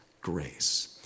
grace